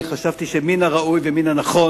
לכן,